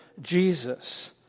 Jesus